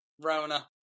Rona